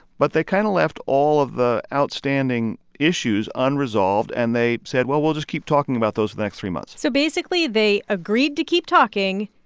but they kind of left all of the outstanding issues unresolved. and they said, well, we'll just keep talking about those for the next three months so basically, they agreed to keep talking,